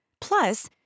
Plus